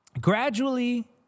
gradually